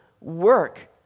work